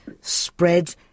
spread